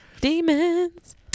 Demons